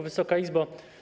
Wysoka Izbo!